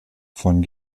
von